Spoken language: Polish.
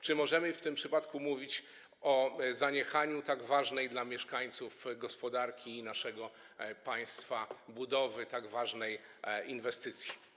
Czy możemy w tym przypadku mówić o zaniechaniu tak ważnej dla mieszkańców i gospodarki naszego państwa budowy inwestycji?